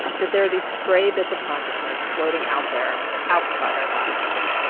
that there are these stray bits of consciousness floating out there outside our bodies.